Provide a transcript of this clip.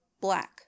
Black